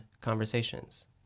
conversations